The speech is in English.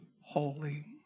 holy